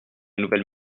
nouvelle